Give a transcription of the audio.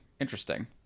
Interesting